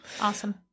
Awesome